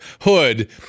hood